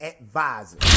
advisor